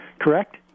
Correct